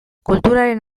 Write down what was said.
kulturaren